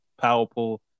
powerful